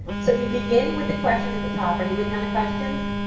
so, you'd begin with the question at the top, are you with me on the questions?